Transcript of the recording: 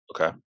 Okay